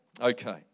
Okay